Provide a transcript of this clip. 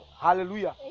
Hallelujah